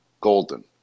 golden